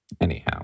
Anyhow